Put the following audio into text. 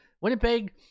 Winnipeg